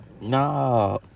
Nah